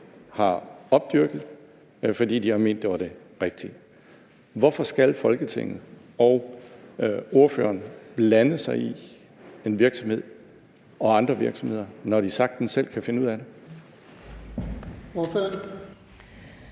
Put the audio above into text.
har opdyrket, fordi de har ment, at det var det rigtige. Hvorfor skal Folketinget og ordføreren blande sig i en virksomhed og andre virksomheder, når de sagtens selv kan finde ud af det?